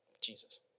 Jesus